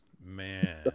Man